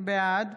בעד